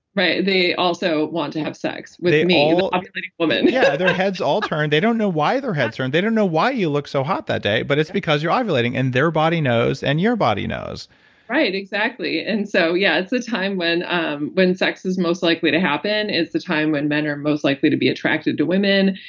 right, they also want to have sex with me, the ovulating woman yeah, their heads all turn. they don't know why their heads turn. they don't know why you look so hot that day, but it's because you're ovulating and their body knows and your body knows right, exactly. and so yeah, it's a time when um when sex is most likely to happen, it's the time when men are most likely to be attracted to women.